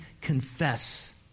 confess